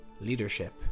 leadership